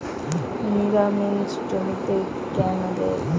নিমারিন জমিতে কেন দেয়?